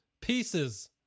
pieces